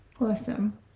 Awesome